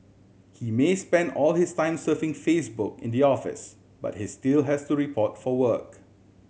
he may spend all his time surfing Facebook in the office but he still has to report for work